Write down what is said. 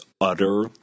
utter